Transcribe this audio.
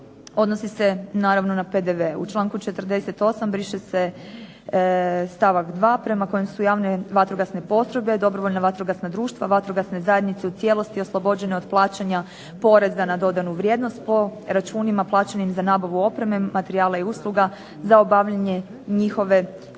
odnosi se naravno na PDV. U članku 48. briše se stavak 2. prema kojem su javne vatrogasne postrojbe, dobrovoljna vatrogasna društva, vatrogasne zajednice u cijelosti oslobođene od plaćanja poreza na dodanu vrijednost po računima plaćenim za nabavu opreme, materijala i usluga za obavljanje njihove